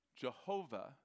jehovah